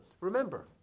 Remember